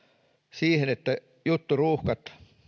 siihen että jutturuuhkia